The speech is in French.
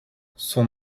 son